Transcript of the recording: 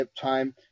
time